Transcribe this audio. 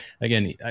Again